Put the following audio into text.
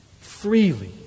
freely